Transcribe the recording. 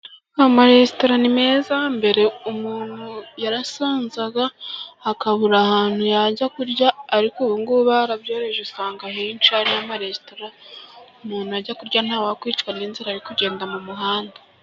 Amaresitora ni meza, mbere umuntu yarasonzaga akabura ahantu yajya kurya. Ariko ubu ngubu barabyoroheje, usanga henshi hari amaresitora umuntu ajya kurya ntawakwicwa n'inzara ari kugenda mu muhanda.